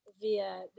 via